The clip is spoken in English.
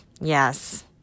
Yes